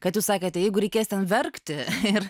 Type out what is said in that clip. kad jūs sakėte jeigu reikės ten verkti ir